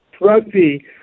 rugby